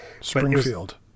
Springfield